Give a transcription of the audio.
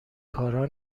کارا